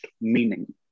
meaning